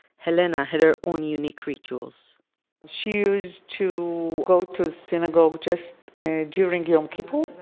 helena had her own unique rituals she used to go to the synagogue just during yom kippur